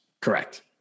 Correct